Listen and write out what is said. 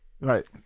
Right